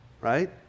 right